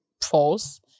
false